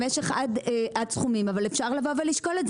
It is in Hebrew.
למשך עד סכומים, אבל אפשר לשקול את זה.